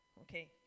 okay